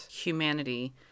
humanity